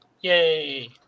Yay